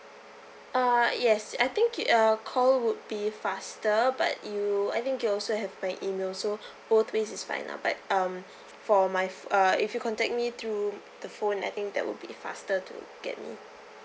uh yes I think it uh call would be faster but you I think you also have my email so both ways is fine lah but um for my uh if you contact me through the phone I think that would be faster to get me